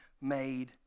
made